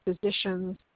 physicians